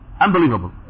Unbelievable